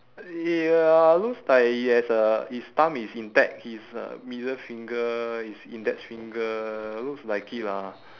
ya looks like he has a his thumb is intact his uh middle finger his index finger looks like it lah